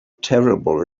terrible